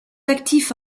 actif